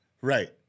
Right